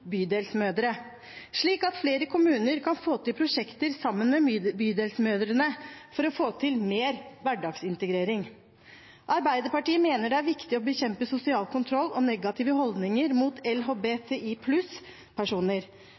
Bydelsmødre, slik at flere kommuner kan få til prosjekter sammen med bydelsmødrene for å få til mer hverdagsintegrering. Arbeiderpartiet mener det er viktig å bekjempe sosial kontroll og negative holdninger mot